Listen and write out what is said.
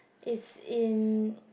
is in